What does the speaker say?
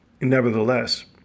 Nevertheless